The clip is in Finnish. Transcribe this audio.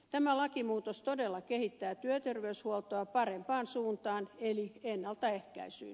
tämä lakimuutos todella kehittää työterveyshuoltoa parempaan suuntaan eli ennaltaehkäisyyn